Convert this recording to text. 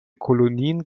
kolonien